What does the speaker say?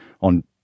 on